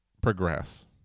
progress